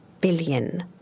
billion